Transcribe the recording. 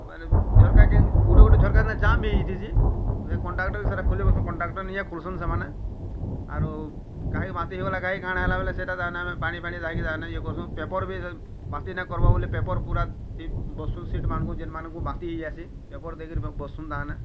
ବେଲେ ଝରକା କେଁ ଗୁଟେ ଗୁଟେ ଝରକା ନା ଜାମ୍ ହେଇଯାଇଚି ଯେ କଣ୍ଡକ୍ଟର୍ ସେରା ଖୋଲିବତ କଣ୍ଡକ୍ଟର ନିଏ ଖୁଲ୍ସନ୍ ସେମାନେ ଆରୁ କାହେ ବାନ୍ତି ହେଇଗଲେ କାଏ କାଣା ହେଲାବୋଲେ ସେଟାକେ ପାଣି ଫାଣି ଦାହିକି ଇଏ ତାହାମାନେ କରୁସନ୍ ପେପର୍ ବି ବାନ୍ତି ନାଇଁ କରିବ୍ ବୋଲି ପେପର୍ ପୁରା ବସୁନ୍ ସିଟ୍ ମାନଙ୍କୁ ଯେନ୍ ମାନଙ୍କୁ ବାତି ହେଇଯାସି ପେପର୍ ଦେଇକରି ବସୁନ୍ ତାହାମାନେ